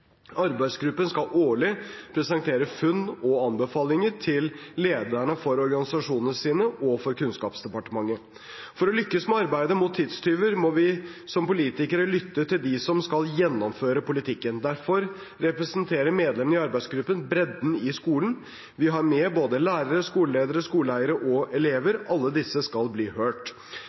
Arbeidsgruppen skal årlig presentere funn og anbefalinger for lederne for organisasjonene sine og for Kunnskapsdepartementet. For å lykkes med arbeidet mot tidstyver må vi som politikere lytte til dem som skal gjennomføre politikken. Derfor representerer medlemmene i arbeidsgruppen bredden i skolen. Vi har med både lærere, skoleledere, skoleeiere og elever. Alle disse skal bli hørt.